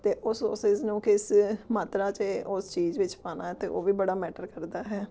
ਅਤੇ ਉਹ ਸੋਸਿਸ ਨੂੰ ਕਿਸ ਮਾਤਰਾ 'ਚ ਏ ਉਸ ਚੀਜ਼ ਵਿੱਚ ਪਾਣਾ ਤਾਂ ਉਹ ਵੀ ਬੜਾ ਮੈਟਰ ਕਰਦਾ ਹੈ